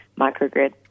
microgrid